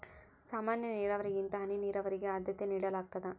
ಸಾಮಾನ್ಯ ನೇರಾವರಿಗಿಂತ ಹನಿ ನೇರಾವರಿಗೆ ಆದ್ಯತೆ ನೇಡಲಾಗ್ತದ